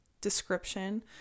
description